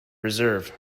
reserve